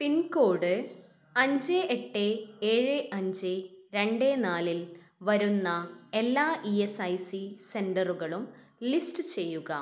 pincode അഞ്ച് എട്ട് ഏഴ് അഞ്ച് രണ്ട് നാലിൽ വരുന്ന എല്ലാ ഇ എസ് ഐ സി സെൻ്ററുകളും ലിസ്റ്റ് ചെയ്യുക